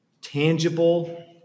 tangible